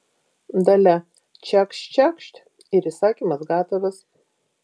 dalia čekšt čekšt ir įsakymas gatavas